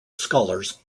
scholars